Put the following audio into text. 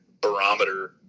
barometer